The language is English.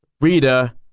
Reader